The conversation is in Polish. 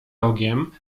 rogiem